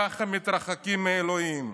ככה מתרחקים מאלוהים.